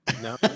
no